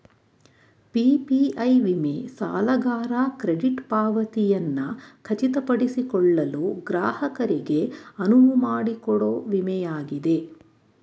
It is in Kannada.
ಪಿ.ಪಿ.ಐ ವಿಮೆ ಸಾಲಗಾರ ಕ್ರೆಡಿಟ್ ಪಾವತಿಯನ್ನ ಖಚಿತಪಡಿಸಿಕೊಳ್ಳಲು ಗ್ರಾಹಕರಿಗೆ ಅನುವುಮಾಡಿಕೊಡೊ ವಿಮೆ ಆಗಿದೆ